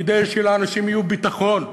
כדי שלאנשים יהיה ביטחון.